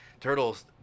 Turtles